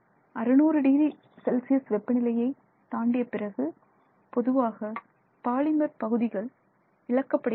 600 degree Celsius வெப்பநிலையை தாண்டிய பிறகு பொதுவாக பாலிமர் பகுதிகள் இழக்கப்படுகின்றன